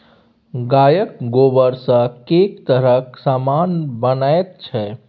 गायक गोबरसँ कैक तरहक समान बनैत छै